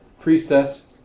priestess